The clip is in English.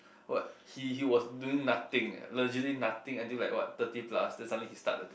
what he he was doing nothing eh legitly nothing until like what thirty plus then he suddenly start the thing